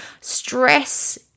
stress